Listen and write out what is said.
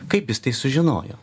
kaip jis tai sužinojo